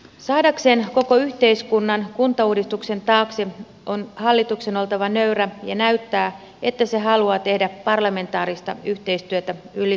saadakseen koko yhteiskunnan kuntauudistuksen taakse on hallituksen oltava nöyrä ja näytettävä että se haluaa tehdä parlamentaarista yhteistyötä yli puoluerajojen